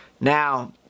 Now